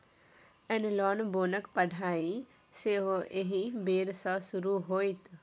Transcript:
एनलॉग बोनक पढ़ाई सेहो एहि बेर सँ शुरू होएत